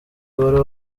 wari